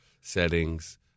settings